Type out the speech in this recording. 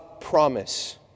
promise